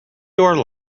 door